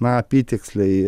na apytiksliai